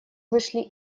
вышли